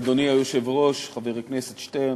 אדוני היושב-ראש, חבר הכנסת שטרן,